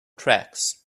tracks